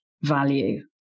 value